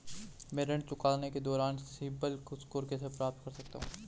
मैं ऋण चुकौती के दौरान सिबिल स्कोर कैसे बढ़ा सकता हूं?